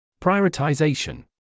Prioritization